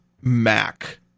Mac